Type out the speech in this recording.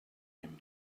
him